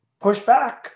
pushback